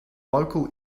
local